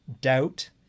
doubt